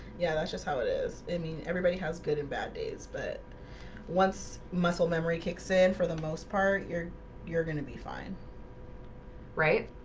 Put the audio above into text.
yeah, that's just how it is. i mean everybody has good and bad days, but once muscle memory kicks in for the most part you're you're gonna be fine right